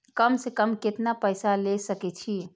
कम से कम केतना पैसा ले सके छी?